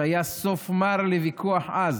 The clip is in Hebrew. שהיה סוף מר לוויכוח עז,